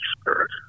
spirit